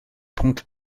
pwnc